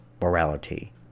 morality